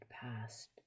past